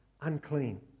unclean